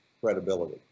credibility